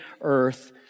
earth